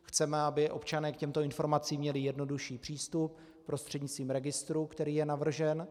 Chceme, aby občané k těmto informacím měli jednodušší přístup prostřednictvím registru, který je navržen.